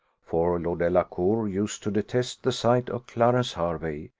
for lord delacour used to detest the sight of clarence hervey,